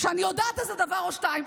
שאני יודעת איזה דבר או שניים,